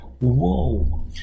Whoa